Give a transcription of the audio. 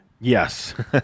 yes